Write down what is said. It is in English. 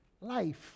life